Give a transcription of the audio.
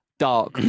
Dark